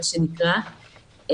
מה שנקרא.